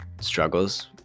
struggles